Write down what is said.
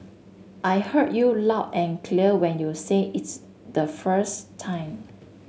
I heard you loud and clear when you said it's the first time